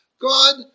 God